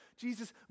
Jesus